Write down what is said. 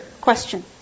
question